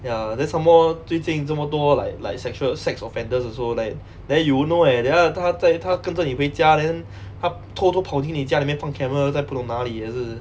ya then some more 最近这么多 like like sexual sex offenders also like then you won't know eh then 他在他跟着你回家 then 他偷偷跑进你家里面放 camera 在不懂那里也是